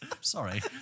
sorry